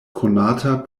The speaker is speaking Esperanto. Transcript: konata